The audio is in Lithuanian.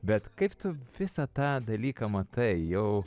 bet kaip tu visą tą dalyką matai jau